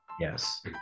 Yes